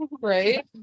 right